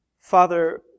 father